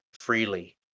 freely